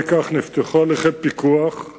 3. האם מוקפאות העבודות עד לפסיקה בנושא?